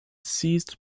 seized